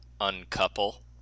uncouple